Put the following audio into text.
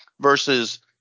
versus